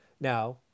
Now